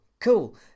cool